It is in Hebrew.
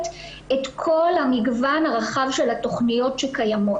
את כל המגוון הרחב של התכניות שקיימות.